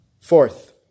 Fourth